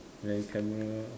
then camera